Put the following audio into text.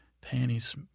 Panties